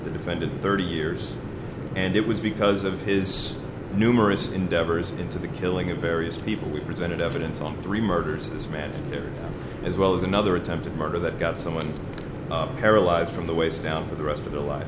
the defendant thirty years and it was because of his numerous endeavors into the killing of various people we presented evidence on three murders of this man as well as another attempted murder that got someone paralyzed from the waist down for the rest of the li